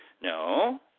No